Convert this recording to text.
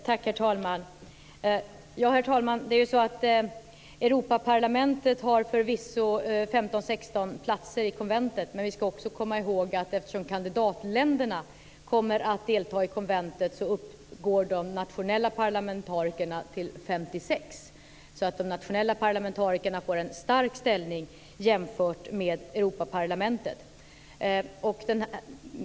Herr talman! Europaparlamentet har förvisso 15 16 platser i konventet, men vi ska också komma ihåg att eftersom kandidatländerna kommer att delta i konventet uppgår antalet nationella parlamentariker till 56. De nationella parlamentarikerna får alltså en stark ställning jämfört med Europaparlamentet.